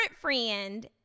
friend